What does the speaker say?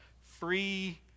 free